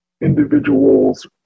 individuals